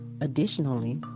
Additionally